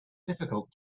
difficult